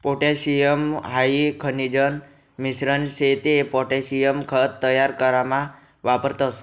potassium हाई खनिजन मिश्रण शे ते पोटॅशियम खत तयार करामा वापरतस